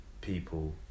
people